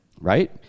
right